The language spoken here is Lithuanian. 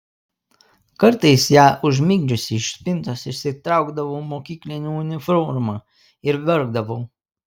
kartais ją užmigdžiusi iš spintos išsitraukdavau mokyklinę uniformą ir verkdavau